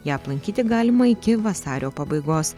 ją aplankyti galima iki vasario pabaigos